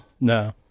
No